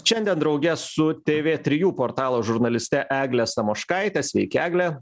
šiandien drauge su tv trijų portalo žurnaliste egle samoškaite sveiki egle